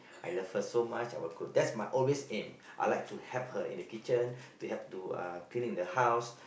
I love her so much I will cook that's my always aim I like to help her in the kitchen to help to clean in the house